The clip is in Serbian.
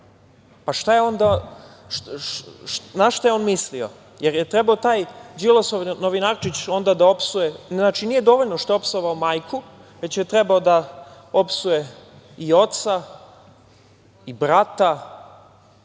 nedorečen. Pa, na šta je on mislio? Da li je trebao taj Đilasov novinarčić onda da opsuje… Znači, nije dovoljno onda što je opsovao majku, već je trebao da opsuje i oca, i brata, i sinove